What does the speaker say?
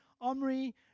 Omri